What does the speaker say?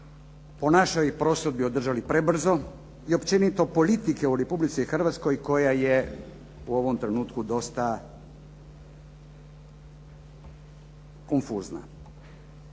po našoj prosudbi održali prebrzo i općenito politike u Republici Hrvatskoj koja je u ovom trenutku dosta konfuzna.